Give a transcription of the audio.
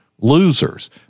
losers